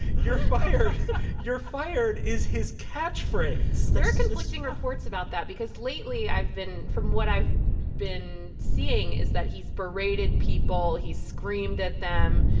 you're fired you're fired is his catch phrase. it's. there are conflicting reports about that because lately i've been from what i've been seeing is that he's berated people. he's screamed at them.